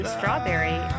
Strawberry